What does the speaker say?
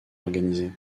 organisés